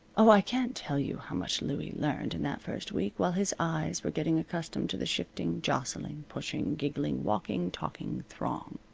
oh, i can't tell you how much louie learned in that first week while his eyes were getting accustomed to the shifting, jostling, pushing, giggling, walking, talking throng.